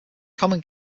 common